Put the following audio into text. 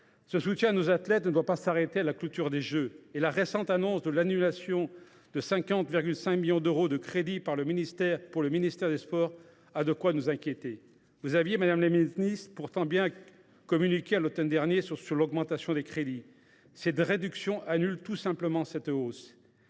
Le soutien à nos athlètes ne doit pas s’arrêter à la clôture des Jeux. La récente annonce de l’annulation de 50,5 millions d’euros de crédits destinés au ministère des sports a de quoi nous inquiéter. Pourtant, madame la ministre, vous aviez beaucoup communiqué, à l’automne dernier, sur l’augmentation de ses crédits. Or la réduction annoncée annule tout simplement la hausse